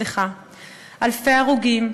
אלפי הרוגים,